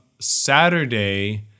Saturday